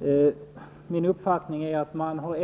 Herr talman! Det borde ha framgått av mitt inlägg att min uppfattning är att man